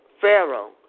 Pharaoh